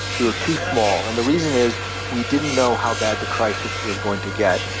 we were too small. and the reason is we didn't know how bad the crisis was going to get,